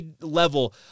level